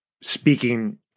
speaking